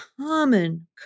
common